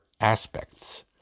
aspects